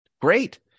Great